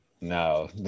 No